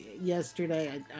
yesterday